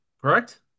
correct